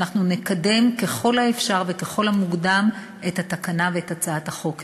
ואנחנו נקדם ככל האפשר וככל המוקדם את התקנה ואת הצעת החוק,